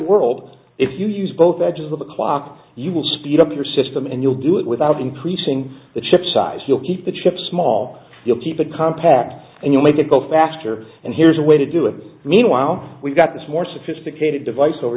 world if you use both edges of a clock you will speed up your system and you'll do it without increasing the chip size the chip small you'll keep a compact and you make it go faster and here's a way to do it meanwhile we've got this more sophisticated device over